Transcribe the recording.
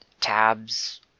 tabs